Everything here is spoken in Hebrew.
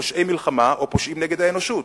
פושעי מלחמה או פושעים נגד האנושות.